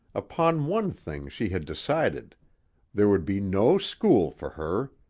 upon one thing she had decided there would be no school for her!